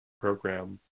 program